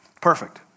Perfect